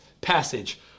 passage